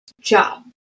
job